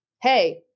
hey